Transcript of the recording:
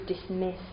dismiss